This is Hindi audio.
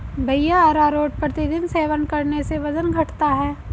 भैया अरारोट प्रतिदिन सेवन करने से वजन घटता है